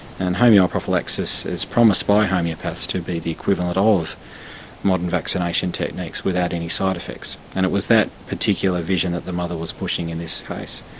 and homeoprophylaxis is promised by homeopaths to be the equivalent of modern vaccination techniques without any side effects. and it was that particular vision that the mother was pushing in this case.